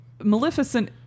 Maleficent